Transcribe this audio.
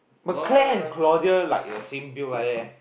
but Claire and Claudia like the same build like that eh